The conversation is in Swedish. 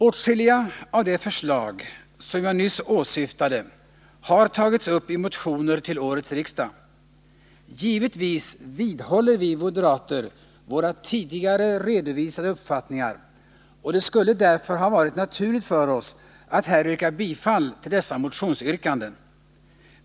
Åtskilliga av de förslag som jag nyss åsyftade har tagits upp i motioner till årets riksdag. Givetvis vidhåller vi moderater våra tidigare redovisade uppfattningar, och det skulle därför ha varit naturligt för oss att här yrka bifall till dessa motionsyrkanden.